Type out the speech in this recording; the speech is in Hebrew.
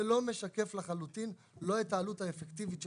זה לחלוטין לא משקף לא את העלות האפקטיבית של